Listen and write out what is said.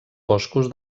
boscos